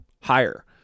higher